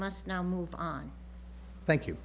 must now move on thank you